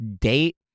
date